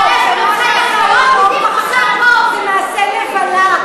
זה מעשה נבלה,